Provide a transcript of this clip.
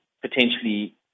potentially